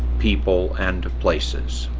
people, and places.